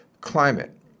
climate